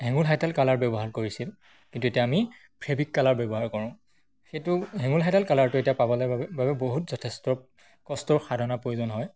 হেঙুল হাইতাল কালাৰ ব্যৱহাৰ কৰিছিল কিন্তু এতিয়া আমি ফেব্ৰিক কালাৰ ব্যৱহাৰ কৰোঁ সেইটো হেঙুল হাইতাল কালাৰটো এতিয়া পাবলৈ বাবে বহুত যথেষ্ট কষ্ট আৰু সাধনাৰ প্ৰয়োজন হয়